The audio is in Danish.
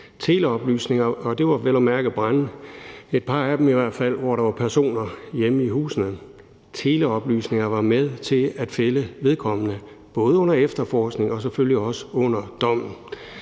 et par af brandenes vedkommende tale om brande, hvor der var personer hjemme i husene. Teleoplysninger var med til at fælde vedkommende, både under efterforskning og selvfølgelig også under dommen.